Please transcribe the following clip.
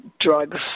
drugs